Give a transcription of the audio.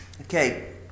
okay